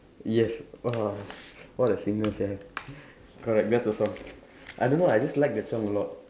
yes uh what a singer sia correct that's the song I don't know I just like that song a lot